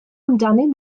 amdanyn